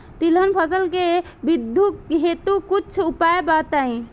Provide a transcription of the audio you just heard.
तिलहन फसल के वृद्धि हेतु कुछ उपाय बताई?